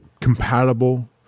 compatible